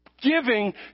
giving